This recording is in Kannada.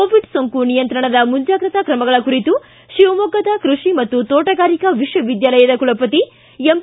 ಕೋವಿಡ್ ಸೋಂಕು ನಿಯಂತ್ರಣದ ಮುಂಜಾಗ್ರತಾ ಕ್ರಮಗಳ ಕುರಿತು ಶಿವಮೊಗ್ಗ ಕೃಷಿ ಮತ್ತು ತೋಟಗಾರಿಕಾ ವಿಶ್ವವಿದ್ಯಾಲಯದ ಕುಲಪತಿ ಎಮ್